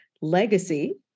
legacy